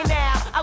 now